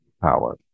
power